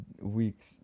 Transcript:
weeks